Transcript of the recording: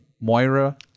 Moira